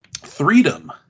Freedom